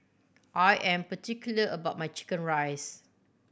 I am particular about my chicken rice